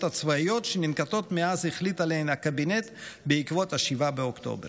הצבאיות שננקטות מאז החליט עליהן הקבינט בעקבות 7 באוקטובר.